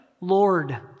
Lord